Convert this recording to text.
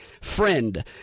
Friend